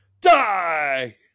die